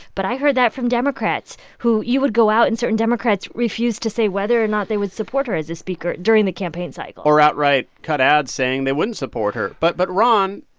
but i heard that from democrats, who you would go out and certain democrats refused to say whether or not they would support her as a speaker during the campaign cycle or outright cut ads saying they wouldn't support her. but but ron,